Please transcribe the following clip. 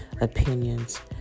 opinions